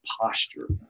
posture